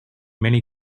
many